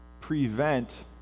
prevent